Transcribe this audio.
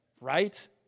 right